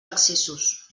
accessos